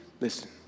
Listen